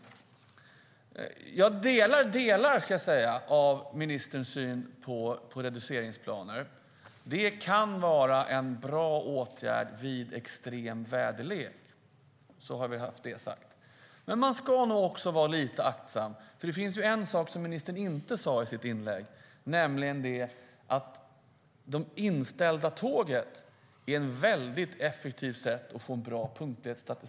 Jag instämmer i delar av ministers syn på reduceringsplaner. Det kan vara en bra åtgärd vid extrem väderlek - så är det sagt. Men man ska nog också vara lite aktsam. Det finns ju en sak som ministern inte sade i sitt inlägg, nämligen att de inställda tågen är ett mycket effektivt sätt att få en bra statistik för punktlighet.